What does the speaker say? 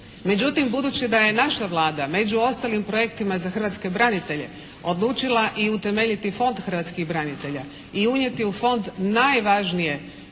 Međutim, budući da je naša Vlada među ostalim projektima za hrvatske branitelja odlučila i utemeljiti Fond hrvatskih branitelja i unijeti u fond najvažnije